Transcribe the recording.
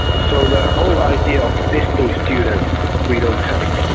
so the whole idea of testing students we don't have it.